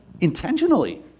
Intentionally